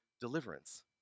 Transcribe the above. deliverance